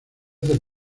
del